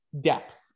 depth